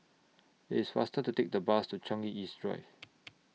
IT IS faster to Take The Bus to Changi East Drive